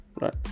right